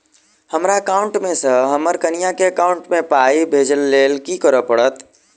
हमरा एकाउंट मे सऽ हम्मर कनिया केँ एकाउंट मै पाई भेजइ लेल की करऽ पड़त?